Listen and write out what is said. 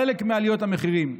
חלק מעליות המחירים.